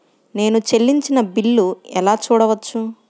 నేను చెల్లించిన బిల్లు ఎలా చూడవచ్చు?